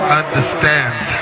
understands